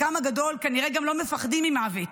חלקם הגדול כנראה גם לא מפחדים ממוות.